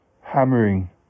hammering